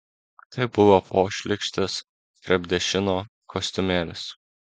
tai buvo pošlykštis krepdešino kostiumėlis